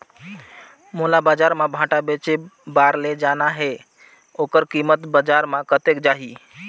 मोला बजार मां भांटा बेचे बार ले जाना हे ओकर कीमत बजार मां कतेक जाही?